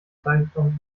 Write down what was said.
zeitung